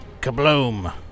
Kabloom